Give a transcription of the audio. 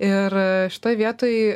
ir šitoj vietoj